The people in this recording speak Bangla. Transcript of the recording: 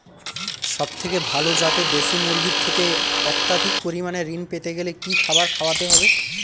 সবথেকে ভালো যাতে দেশি মুরগির থেকে অত্যাধিক পরিমাণে ঋণ পেতে গেলে কি খাবার খাওয়াতে হবে?